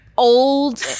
Old